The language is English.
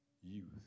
youth